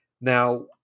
Now